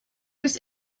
was